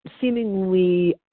seemingly